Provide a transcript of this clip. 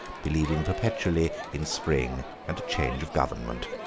believing perpetually in spring and a change of government.